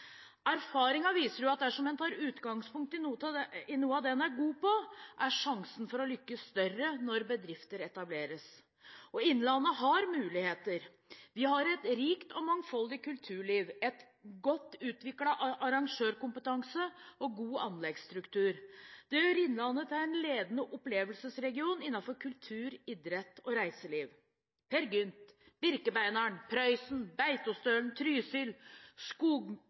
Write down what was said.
at dersom en tar utgangspunkt i noe av det en er god på, er sjansen for å lykkes større når bedrifter etableres. Og Innlandet har muligheter: Vi har et rikt og mangfoldig kulturliv, en godt utviklet arrangørkompetanse og en god anleggsstruktur. Det gjør Innlandet til en levende opplevelsesregion innenfor kultur, idrett og reiseliv. Peer Gynt, Birkebeineren, Prøysen, Beitostølen, Trysil,